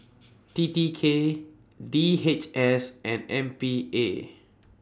T T K D H S and M P A